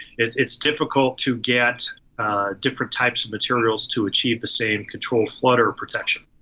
it's it's difficult to get different types of materials to achieve the same control flutter protection.